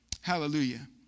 Hallelujah